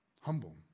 Humble